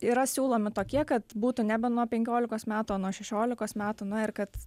yra siūlomi tokie kad būtų nebe nuo penkiolikos metų o nuo šešiolikos metų na ir kad